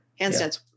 Handstands